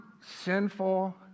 sinful